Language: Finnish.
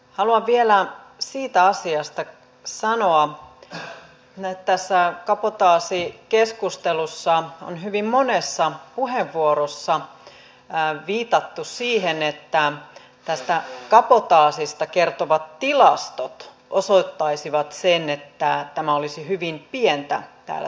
haluan vielä siitä asiasta sanoa että tässä kabotaasikeskustelussa on hyvin monessa puheenvuorossa viitattu siihen että tästä kabotaasista kertovat tilastot osoittaisivat sen että tämä olisi hyvin pientä täällä suomessa